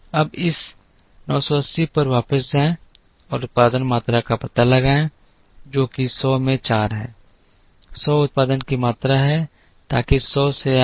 अब इस 980 पर वापस जाएं और उत्पादन मात्रा का पता लगाएं जो कि सौ में 4 है सौ उत्पादन की मात्रा है ताकि सौ से आए